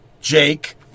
Jake